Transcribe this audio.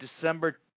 December